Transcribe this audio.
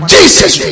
Jesus